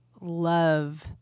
love